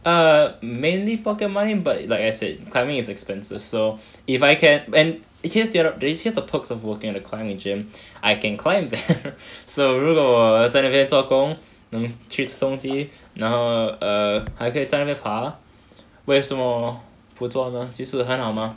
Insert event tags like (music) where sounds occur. err mainly pocket money but like I said climbing is expensive so if I can and here's the update here's the perks of working at the climbing gym I can climb (laughs) so 如果在那边做工能去送机然后 err 还可以在那边爬为什么不做呢其实很好吗